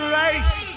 race